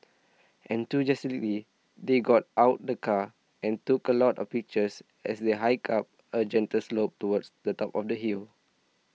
enthusiastically they got out the car and took a lot of pictures as they hiked up a gentle slope towards the top of the hill